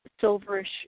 silverish